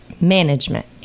management